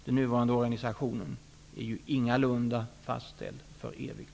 Den nuvarande organisationen är ju ingalunda fastställd för evigt.